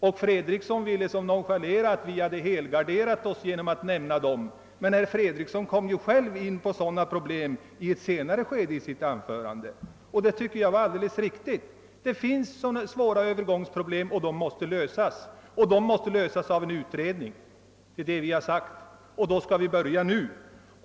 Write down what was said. Herr Fredriksson ville insinuera att vi hade helgarderat oss genom att omnämna dessa problem. Men herr Fredriksson kom själv in på sådana problem i ett senare skede av sitt anförande. Det är riktigt att det finns Öövergångsproblem och de måste lösas genom en utredning, och den bör börja nu.